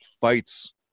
fights